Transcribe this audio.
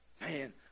Man